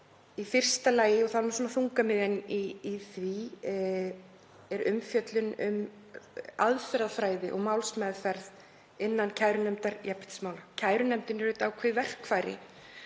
Í fyrsta lagi, og það er þungamiðjan í því, er umfjöllun um aðferðafræði og málsmeðferð innan kærunefndar jafnréttismála. Kærunefndin er ákveðið verkfæri